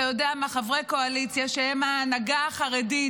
אתה יודע מה, חברי קואליציה, שהם ההנהגה החרדית,